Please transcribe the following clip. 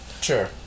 Sure